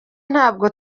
ntabwo